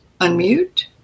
unmute